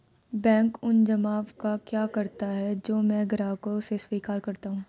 Bank उन जमाव का क्या करता है जो मैं ग्राहकों से स्वीकार करता हूँ?